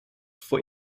voor